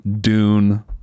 Dune